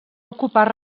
ocupar